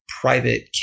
private